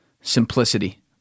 simplicity